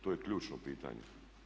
To je ključno pitanje.